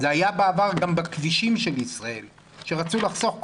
בעבר זה היה גם בכבישים של ישראל שרצו לחסוך,